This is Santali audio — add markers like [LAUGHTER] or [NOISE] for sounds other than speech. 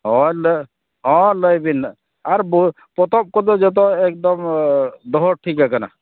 ᱦᱚᱭ [UNINTELLIGIBLE] ᱦᱮᱸ ᱞᱟᱹᱭᱵᱤᱱ ᱟᱨ [UNINTELLIGIBLE] ᱯᱚᱛᱚᱵᱽ ᱠᱚᱫᱚ ᱡᱚᱛᱚ ᱮᱠᱫᱚᱢ ᱫᱚᱦᱚ ᱴᱷᱤᱠ ᱟᱠᱟᱱᱟ